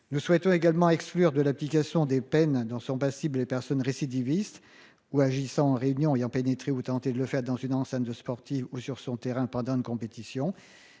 Nous souhaitons également exclure de l'application des peines dont sont passibles les personnes. Ou agissant en réunion ayant pénétré ou tenter de le faire dans une enceinte sportive ou sur son terrain pendant une compétition